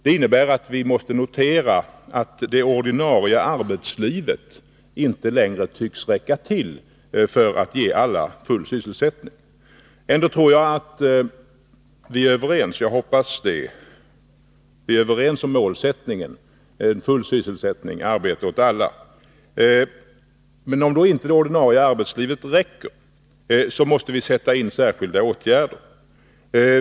Det innebär att vi måste notera att det ordinarie arbetslivet inte längre tycks räcka till för att ge alla full sysselsättning. Ändå tror jag att vi är överens om att målsättningen är full sysselsättning, arbete åt alla. Om inte det ordinarie arbetslivet räcker till, måste vi sätta in särskilda åtgärder.